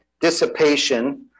dissipation